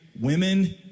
women